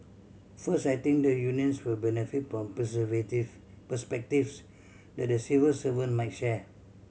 first I think the unions will benefit from perspectives that the civil servant might share